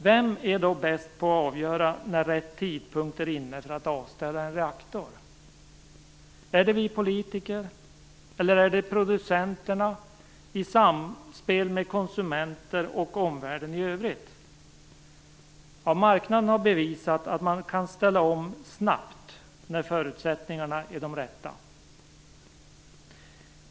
Vem är bäst på att avgöra när rätt tidpunkt är inne för att avställa en reaktor? Är det vi politiker eller är det producenterna i samspel med konsumenter och omvärlden i övrigt? Marknaden har bevisat att den kan ställa om sig snabbt när förutsättningarna är de rätta.